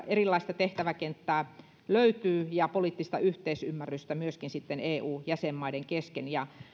erilaista tehtäväkenttää löytyy ja poliittista yhteisymmärrystä myöskin eu jäsenmaiden kesken ja